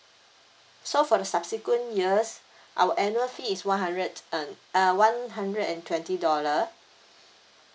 so for the subsequent years our annual fee is one hundred and uh one hundred and twenty dollar